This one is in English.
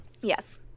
Yes